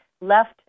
left